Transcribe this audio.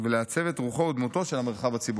ולעצב את רוחו או דמותו של המרחב הציבורי.